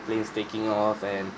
aeroplanes taking off and